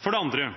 For det andre: